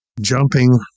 jumping